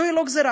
זוהי לא גזרה.